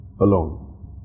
Alone